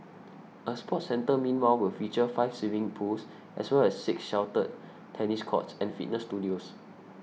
a sports centre meanwhile will feature five swimming pools as well as six sheltered tennis courts and fitness studios